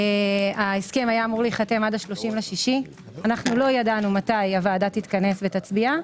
ההסכם היה אמור להיחתם עד 30.6. לא ידענו מתי הוועדה תתכנס ותצביע.